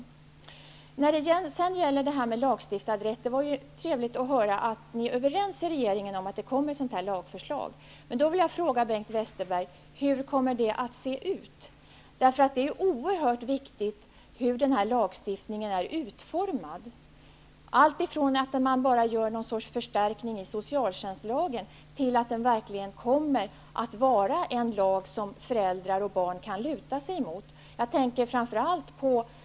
När det sedan gäller detta med lagstadgad rätt vill jag säga att det är trevligt att höra att ni inom regeringen är överens om ett lagförslag. Men då vill jag fråga Bengt Westerberg: Hur kommer det förslaget att se ut? Det är oerhört viktigt hur den här lagstiftningen är utformad. Det handlar ju om alltifrån en sorts förstärkning i socialtjänstlagen till att det verkligen blir en lag som föräldrar och barn kan luta sig emot. Jag tänker framför allt på garantierna.